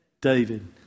David